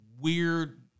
weird